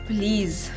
Please